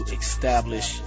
establish